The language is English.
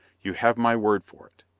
you have my word for it.